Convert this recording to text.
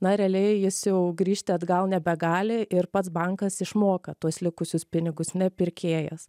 na realiai jis jau grįžti atgal nebegali ir pats bankas išmoka tuos likusius pinigus ne pirkėjas